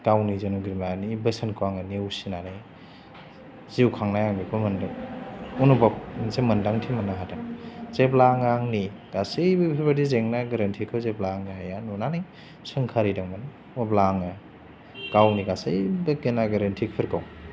गावनि जोनोम बिमानि बोसोनखौ आङो नेवसिनानै जिउ खांनाय आङो बेखौ मोनदों उनुभब मोनसे मोन्दांथि मोननो हादों जेब्ला आङो आंनि गासैबो बेफोरबायदि जेंना गोरोन्थिखौ जेब्ला आंनि आइआ नुनानै सोंखारिदोंमोन अब्ला आङो गावनि गासैबो गेना गोरोन्थिफोरखौ